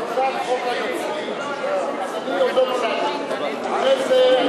כשחוקק חוק היוצרים אני עוד לא נולדתי,